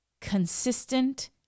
consistent